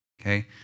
okay